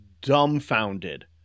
dumbfounded